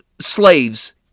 slaves